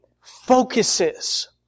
focuses